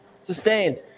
Sustained